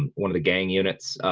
and one of the gang units ah,